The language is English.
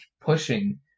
pushing